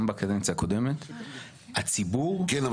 גם בקדנציה הקודמת, הציבור --- כן.